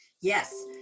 Yes